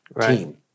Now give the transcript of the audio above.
team